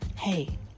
Hey